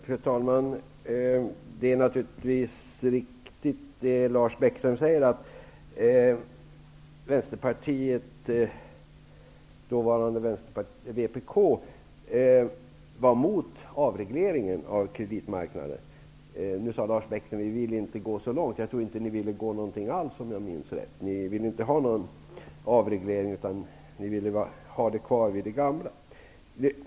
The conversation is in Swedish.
Fru talman! Det är naturligtvis riktigt som Lars Bäckström säger, att dåvarande vpk var emot avregleringen av kreditmarknaden. Nu sade Lars Bäckström att man inte ville gå så långt. Jag tror inte att ni ville gå någonting alls, om jag minns rätt. Ni ville inte ha någon avreglering, utan ha det kvar vid det gamla.